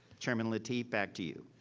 chairman lateef back to you.